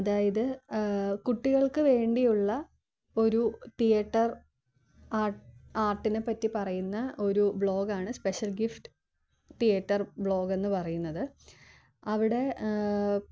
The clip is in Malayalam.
അതായത് കുട്ടികൾക്കു വേണ്ടിയുള്ള ഒരു തിയേറ്റർ ആർ ആർട്ടിനെപ്പറ്റി പറയുന്ന ഒരു ബ്ലോഗാണ് സ്പെഷൽ ഗിഫ്റ്റ് തിയേറ്റർ ബ്ലോഗെന്നു പറയുന്നത് അവിടെ